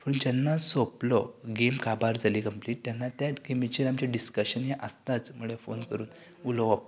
पूण जेन्ना सोंपलो गेम काबार जाली कंप्लीट तेन्ना त्या गेमीचेर आमचें डिस्कशन आसताच म्हळ्यार फोन करून उलोवप